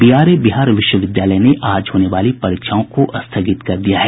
BRA Bihar विश्वविद्यालय मुजफ्फरपुर ने आज होने वाली परीक्षाओं को स्थगित कर दिया है